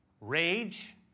rage